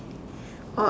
or